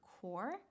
core